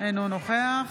אינו נוכח